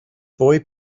boy